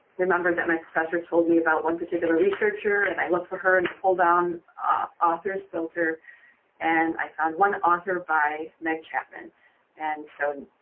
remember that my professor told me about one particular researcher and look for her in the pull down authors filter and i found one author by meg chapman and so